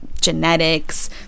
genetics